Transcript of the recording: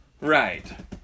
Right